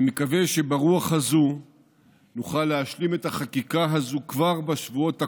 אני מקווה שברוח זו אוכל להשלים את החקיקה הזו כבר בשבועות הקרובים,